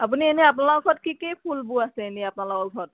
আপুনি এনেই আপোনাৰ ঘৰত কি কি ফুলবোৰ আছে এনেই আপোনালোকৰ ঘৰত